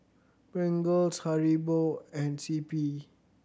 Pringles Haribo and C P